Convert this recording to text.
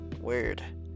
weird